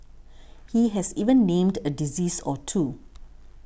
he has even named a disease or two